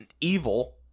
evil